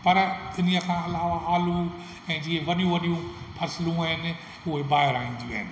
पर इन्हीअ खां अलावा आलू ऐं जीअं वॾियूं वॾियूं फसलूं आहिनि उहे ॿाहिरि आंदियूं आहिनि